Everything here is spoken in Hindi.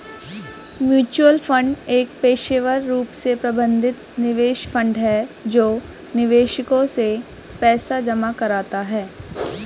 म्यूचुअल फंड एक पेशेवर रूप से प्रबंधित निवेश फंड है जो निवेशकों से पैसा जमा कराता है